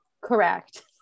Correct